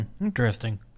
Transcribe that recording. interesting